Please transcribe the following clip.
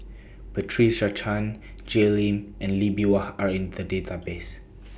Patricia Chan Jay Lim and Lee Bee Wah Are in The Database